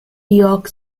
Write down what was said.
york